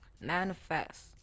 Manifest